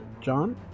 John